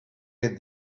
get